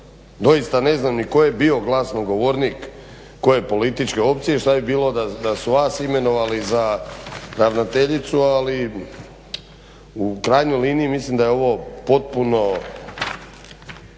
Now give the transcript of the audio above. Doista ne znam ni tko je bio glasnogovornik, koje političke opcije. Šta bi bilo da su vas imenovali za ravnateljicu ali u krajnjoj liniji mislim da je ovo potpuno